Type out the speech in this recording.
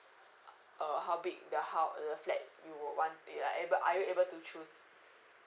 uh how big the hou~ the flat you would want uh you able are you able to choose